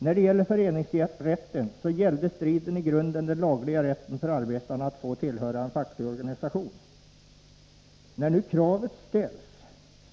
I fråga om föreningsrätten gällde striden i grunden den lagliga rätten för arbetarna att få tillhöra en facklig organisation. När nu kravet ställs